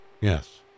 Yes